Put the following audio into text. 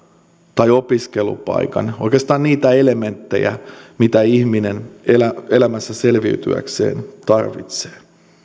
tai opiskelupaikan oikeastaan niitä elementtejä mitä ihminen elämässä selviytyäkseen tarvitsee